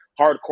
hardcore